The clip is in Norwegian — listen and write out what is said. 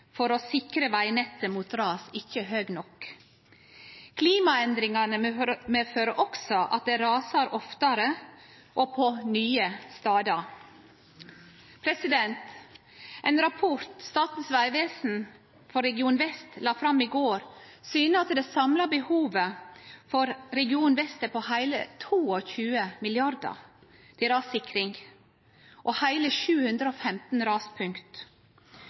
for å sikre vegnettet mot ras ikkje er høg nok. Klimaendringane fører også med seg at det rasar oftare og på nye stader. Ein rapport Statens vegvesen for Region vest la fram i går, syner at det samla behovet for Region vest er på heile 22 mrd. kr til rassikring og heile 715 raspunkt.